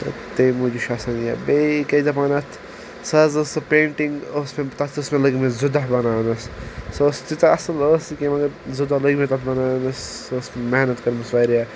تہ تَمہِ موجوٗب چھ آسان یہِ بییہ کیاہ چھ دپان اتھ سۄ حظ ٲس سۄ پینٛٹِنٛگ اوس مےٚ تتھ ٲس مےٚ لٔگۍمٕتۍ زٕ دۄہ بناوٛنس سۄ ٲس تیژاہ اصل ٲس نہ کیٚنٛہہ مگر زٕ دۄہ لٔگۍ مےٚ تتھ بناونَس سۄ ٲسۍ محنت کٔرمژ واریاہ